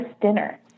dinner